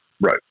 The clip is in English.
right